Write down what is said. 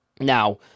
Now